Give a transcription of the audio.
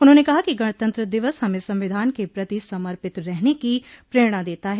उन्होंने कहा कि गणतंत्र दिवस हमें संविधान के प्रति समर्पित रहने की प्रेरणा देता है